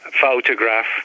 Photograph